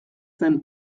zen